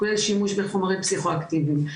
כולל שימוש בחומרים פסיכואקטיביים.